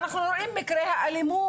אנחנו רואים את מקרי האלימות,